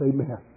Amen